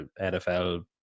NFL